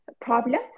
problem